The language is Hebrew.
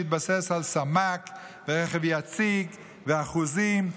שהתבסס על סמ"ק ורכב יציג ואחוזים,